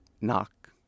knock